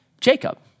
Jacob